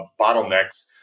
bottlenecks